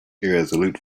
irresolute